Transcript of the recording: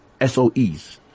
SOEs